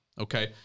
Okay